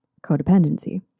codependency